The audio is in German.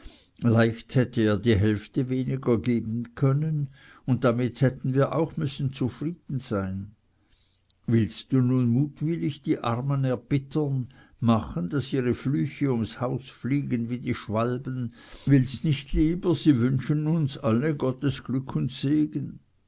leicht hätte er die hälfte weniger geben können und damit hätten wir auch müssen zufrieden sein willst du nun mutwillig die armen erbittern machen daß ihre flüche ums haus fliegen wie die schwalben willst nicht lieber sie wünschen uns alle gottes glück und segen